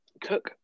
Cook